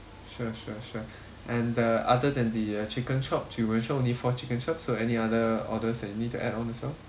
sure sure sure and uh other than the uh chicken chop you mention only four chicken chops so any other orders that you need to add on as well